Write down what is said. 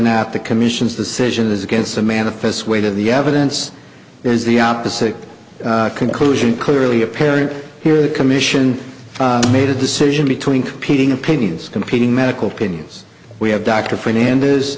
not the commission's decision is against the manifest weight of the evidence is the opposite conclusion clearly apparent here the commission made a decision between competing opinions competing medical pinions we have dr fernand